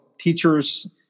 teachers